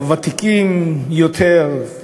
הוותיקים יותר,